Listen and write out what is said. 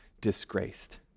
disgraced